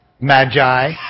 Magi